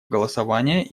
голосования